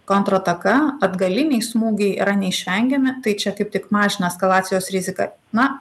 kontrataka atgaliniai smūgiai yra neišvengiami tai čia taip tik mažina eskalacijos riziką na